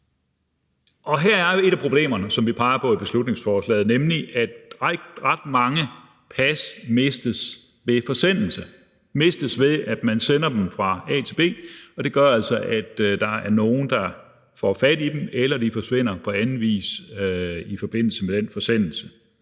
Her er et af problemerne, hvilket vi peger på i beslutningsforslaget, nemlig, at ret mange pas mistes ved forsendelse, mistes, ved at man sender dem fra A til B, og det gør altså, at der er nogle, der får fat i dem, eller at de på anden vis forsvinder i forbindelse med den forsendelse.